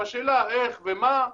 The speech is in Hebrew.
השאלה איך ומה,